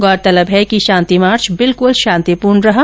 गौरतलब है कि शांति मार्च बिल्कुल शांतिपूर्ण रहा